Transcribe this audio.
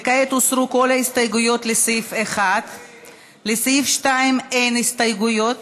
וכעת הוסרו כל ההסתייגויות לסעיף 1. לסעיף 2 אין הסתייגויות.